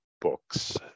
books